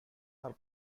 are